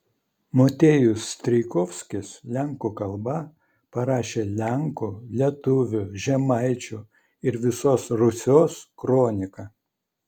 motiejus strijkovskis lenkų kalba parašė lenkų lietuvių žemaičių ir visos rusios kroniką